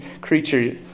creature